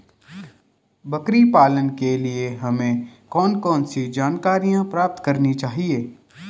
बकरी पालन के लिए हमें कौन कौन सी जानकारियां प्राप्त करनी चाहिए?